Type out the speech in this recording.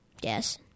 Yes